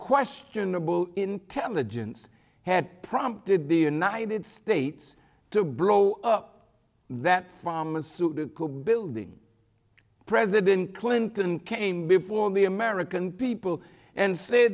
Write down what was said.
questionable intelligence had prompted the united states to blow up that pharmaceutical building president clinton came before the american people and sa